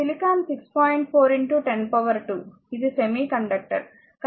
4 102 ఇది semiconductor carbon కూడా 4